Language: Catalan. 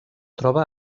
troba